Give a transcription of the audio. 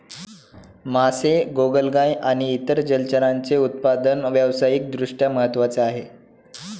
मासे, गोगलगाय आणि इतर जलचरांचे उत्पादन व्यावसायिक दृष्ट्या महत्त्वाचे आहे